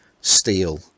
steel